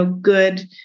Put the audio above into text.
good